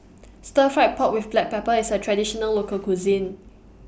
Stir Fried Pork with Black Pepper IS A Traditional Local Cuisine